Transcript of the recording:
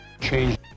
change